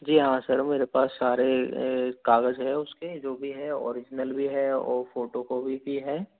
जी हाँ सर मेरे पास सारे कागज है उसके जो भी है ओरिजिनल भी है और फोटोकॉपी भी है